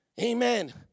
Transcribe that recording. Amen